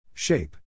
Shape